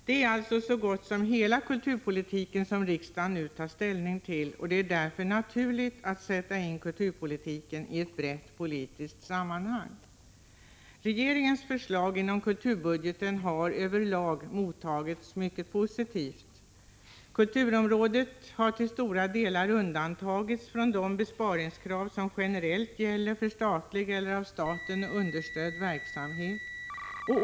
Det är alltså så gott som hela kulturpolitiken som riksdagen nu tar ställning till. Det är därför naturligt att sätta in kulturpolitiken i ett brett politiskt sammanhang. Regeringens förslag inom kulturbudgeten har över lag mottagits mycket positivt. Kulturområdet har till stora delar undantagits från de besparingskrav som generellt gäller för statlig och av staten understödd verksamhet.